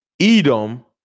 Edom